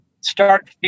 Start